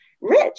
rich